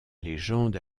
légende